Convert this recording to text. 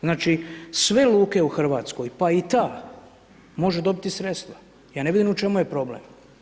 Znači, sve luke u Hrvatskoj pa i ta, može dobiti sredstva, ja ne vidim u čemu je problem.